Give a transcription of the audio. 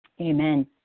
amen